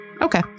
Okay